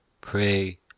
pray